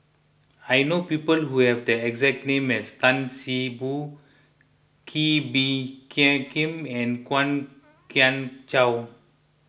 I know people who have the exact name as Tan See Boo Kee Bee Khim and Kwok Kian Chow